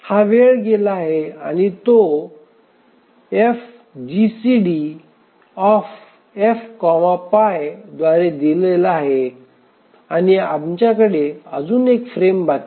हा वेळ गेला आहे आणि तो F GCDF pi द्वारे दिलेला आहे आणि आमच्याकडे अजून एक फ्रेम बाकी आहे